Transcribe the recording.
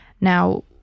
now